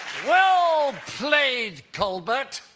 well played, colbert.